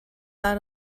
out